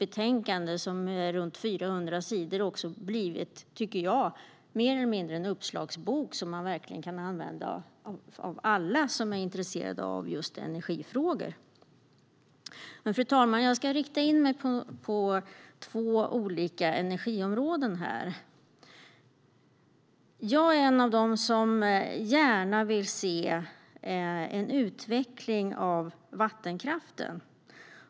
Betänkandet på omkring 400 sidor har blivit mer eller mindre en uppslagsbok, som alla som är intresserade av energifrågor kan använda sig av. Fru talman! Jag ska rikta in mig på två olika energiområden. Jag är en av dem som gärna vill se en utveckling av vattenkraften.